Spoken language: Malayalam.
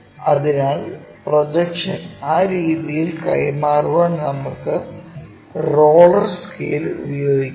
അതിനാൽ പ്രൊജക്ഷൻ ആ രീതിയിൽ കൈമാറാൻ നമുക്കു റോളർ സ്കെയിൽ ഉപയോഗിക്കാം